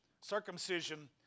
circumcision